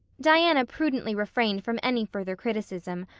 diana prudently refrained from any further criticism,